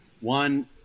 One –